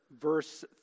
verse